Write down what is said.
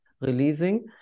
releasing